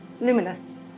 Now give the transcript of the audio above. luminous